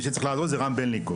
מי שצריך לעזור זה רם בלינקוב.